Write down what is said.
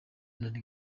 and